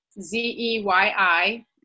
Z-E-Y-I